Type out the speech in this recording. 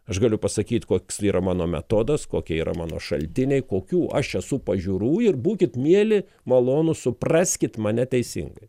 aš galiu pasakyt koks yra mano metodas kokie yra mano šaltiniai kokių aš esu pažiūrų ir būkit mieli malonūs supraskit mane teisingai